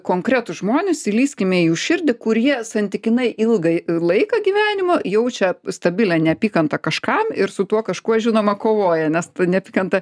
konkretūs žmonės įlįskime į jų širdį kurie santykinai ilgai laiką gyvenimo jaučia stabilią neapykantą kažkam ir su tuo kažkuo žinoma kovoja nes neapykanta